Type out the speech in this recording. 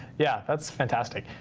yeah, that's fantastic.